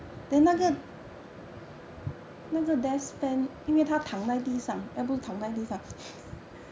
okay